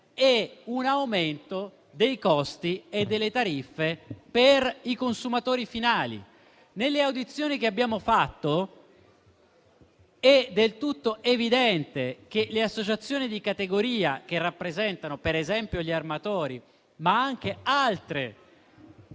e un aumento dei costi e delle tariffe per i consumatori finali. Dalle audizioni che abbiamo svolto è emerso in maniera evidente che le associazioni di categoria che rappresentano, per esempio, gli armatori, ma anche altre